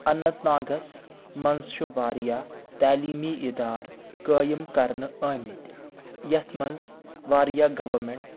اننت ناگس منٛز چھُ واریاہ تعلیٖمی ادارٕ قٲیِم کرنہٕ آمٕتۍ یتھ منٛز واریاہ گورمینٹ